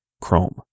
Chrome